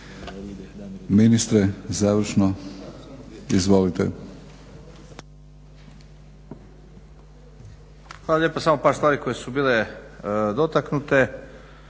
Ministre završno. Izvolite.